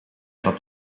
dat